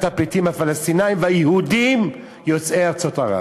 כשנת הפלסטינים והיהודים יוצאי ארצות ערב?